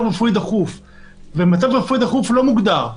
רפואי דחוף לצאת ומצב רפואי דחוף כזה לא מוגדר,